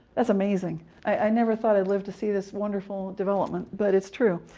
that's amazing! i never thought i'd live to see this wonderful development! but it's true.